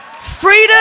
Freedom